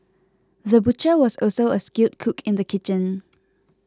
the butcher was also a skilled cook in the kitchen